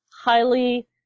highly